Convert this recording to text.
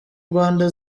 rwanda